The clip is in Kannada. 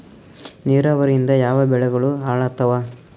ನಿರಾವರಿಯಿಂದ ಯಾವ ಬೆಳೆಗಳು ಹಾಳಾತ್ತಾವ?